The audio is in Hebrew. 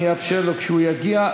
אני אאפשר לו כשהוא יגיע.